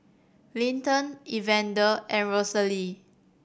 Linton Evander and Rosalie